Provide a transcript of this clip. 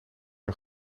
een